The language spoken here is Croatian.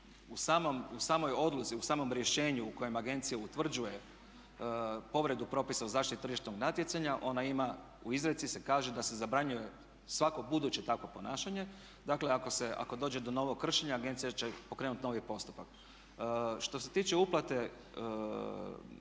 u samoj odluci, u samom rješenju u kojem agencija utvrđuje povredu propisa o zaštiti tržišnog natjecanja ona ima, u izreci se kaže da se zabranjuje svako buduće takvo ponašanje. Dakle ako se, ako dođe do novog kršenja agencija će pokrenuti novi postupak. Što se tiče uplate